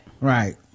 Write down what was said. right